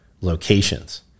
locations